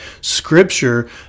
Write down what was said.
Scripture